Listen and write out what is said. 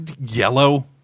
Yellow